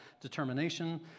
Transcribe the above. determination